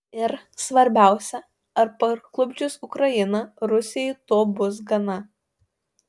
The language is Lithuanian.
ir svarbiausia ar parklupdžius ukrainą rusijai to bus gana